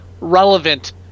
relevant